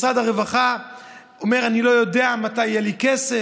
משרד הרווחה אומר: אני לא יודע מתי יהיה לי כסף.